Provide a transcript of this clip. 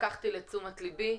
לקחתי לתשומת לבי.